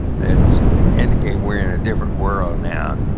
that indicate we're in a different world now,